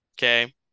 Okay